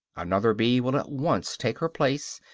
another bee will at once take her place,